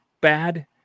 bad